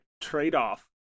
trade-off